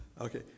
Okay